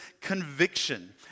conviction